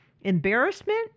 Embarrassment